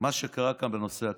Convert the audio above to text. מה שקרה כאן בנושא הקיזוזים,